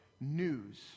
news